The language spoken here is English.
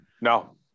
No